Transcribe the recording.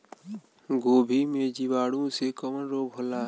गोभी में जीवाणु से कवन रोग होला?